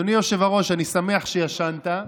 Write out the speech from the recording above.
אדוני היושב-ראש, אני שמח שישנת,